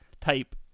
type